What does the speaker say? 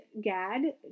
GAD